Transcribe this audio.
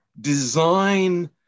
design